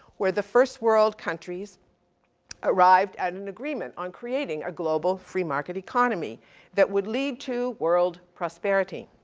where the first world countries arrived at an agreement on creating a global free market economy that would lead to world prosperity.